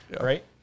right